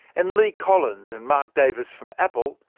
and lee collins and mark davis from apple,